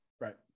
Right